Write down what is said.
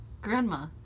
Grandma